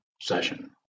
session